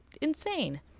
insane